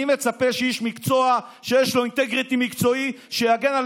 אני מצפה שאיש מקצוע שיש לו אינטגריטי מקצועי יגן על